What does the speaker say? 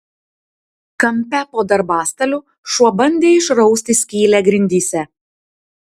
kampe po darbastaliu šuo bandė išrausti skylę grindyse